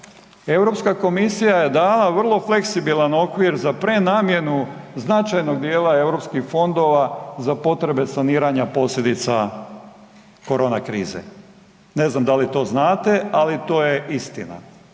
Europska komisija je dala vrlo fleksibilan okvir za prenamjenu značajnog dijela Europskih fondova za potrebe saniranja posljedica korona krize. Ne znam da li to znate, ali to je istina.